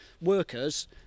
workers